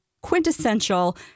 quintessential